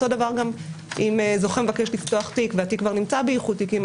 אותו דבר גם אם זוכה מבקש לפתוח תיק והתיק כבר נמצא באיחוד תיקים,